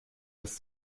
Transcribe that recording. erst